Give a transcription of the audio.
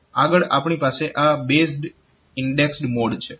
આગળ આપણી પાસે આ બેઝડ ઈન્ડેક્સડ મોડ છે